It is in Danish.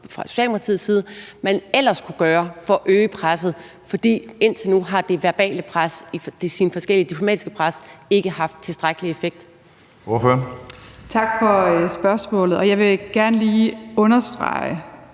fra Socialdemokratiets side at man ellers kunne gøre for at øge presset? For indtil nu har det verbale pres, de forskellige diplomatiske pres ikke haft tilstrækkelig effekt. Kl. 09:34 Tredje næstformand (Karsten